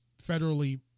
federally